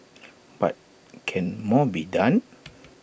but can more be done